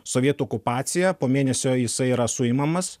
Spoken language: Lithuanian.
sovietų okupacija po mėnesio jisai yra suimamas